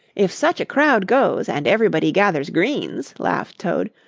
if such a crowd goes, and everybody gathers greens, laughed toad,